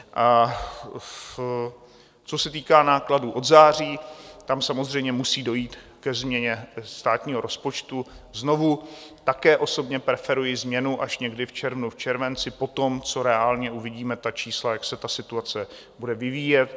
Co se týká nákladů od září, tam samozřejmě musí dojít ke změně státního rozpočtu, znovu, také osobně preferuji změnu až někdy v červnu, červenci po tom, co reálně uvidíme ta čísla, jak se situace bude vyvíjet.